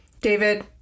David